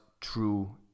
true